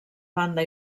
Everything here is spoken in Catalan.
banda